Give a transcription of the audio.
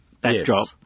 backdrop